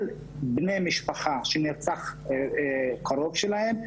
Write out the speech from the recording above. כל בני משפחה שנרצח קרוב שלהן,